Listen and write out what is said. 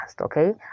okay